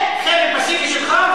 זה חרם פסיבי שלך.